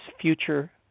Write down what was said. future